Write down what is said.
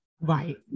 right